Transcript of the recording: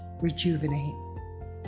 rejuvenate